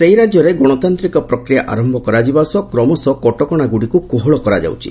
ସେହି ରାଜ୍ୟରେ ଗଣତାନ୍ତିକ ପ୍ରକ୍ରିୟା ଆରମ୍ଭ କରାଯିବା ସହ କ୍ରମଶଃ କଟକଣାଗୁଡ଼ିକୁ କୋହଳ କରାଯାଉଛି